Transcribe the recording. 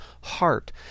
heart